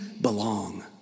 belong